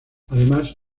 además